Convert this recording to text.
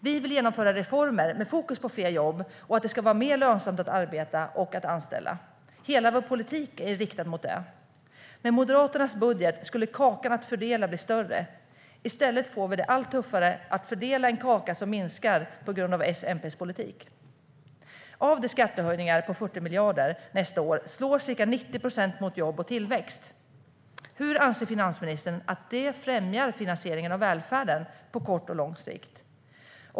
Vi vill genomföra reformer med fokus på fler jobb och att det ska vara mer lönsamt att arbeta och att anställa. Hela vår politik är riktad mot det. Med Moderaternas budget skulle kakan att fördela bli större. I stället får vi det allt tuffare att fördela en kaka som minskar på grund av Socialdemokraternas och Miljöpartiets politik. Av skattehöjningarna på 40 miljarder kronor nästa år slår ca 90 procent mot jobb och tillväxt. Hur anser finansministern att det främjar finansieringen av välfärden på kort och lång sikt?